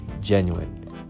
genuine